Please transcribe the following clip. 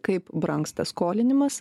kaip brangsta skolinimas